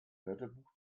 wörterbuch